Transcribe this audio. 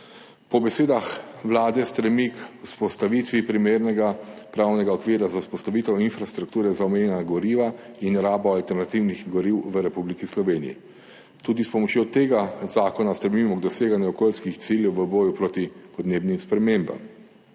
po besedah Vlade stremi k vzpostavitvi primernega pravnega okvira za vzpostavitev infrastrukture za omenjena goriva in rabo alternativnih goriv v Republiki Sloveniji. Tudi s pomočjo tega zakona stremimo k doseganju okoljskih ciljev v boju proti podnebnim spremembam.